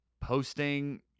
posting